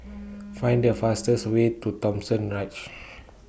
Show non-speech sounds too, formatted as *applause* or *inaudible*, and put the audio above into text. *noise* Find The fastest Way to Thomson Ridge